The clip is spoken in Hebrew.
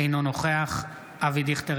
אינו נוכח אבי דיכטר,